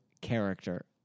character